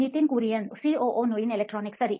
Nitin Kurien COO ನೋಯಿನ್ electronics ಸರಿ